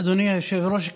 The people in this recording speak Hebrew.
אדוני היושב-ראש,